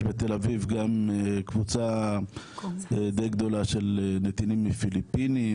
יש בתל אביב גם קבוצה די גדולה של נתינים מפיליפינים,